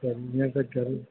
हीअं त चयो